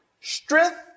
Strength